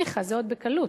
ניחא, זה עוד בקלות.